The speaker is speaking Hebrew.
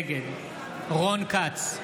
נגד רון כץ,